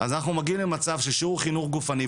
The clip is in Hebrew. אז אנחנו מגיעים למצב של שיעור חינוך גופני,